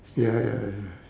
ya ya ya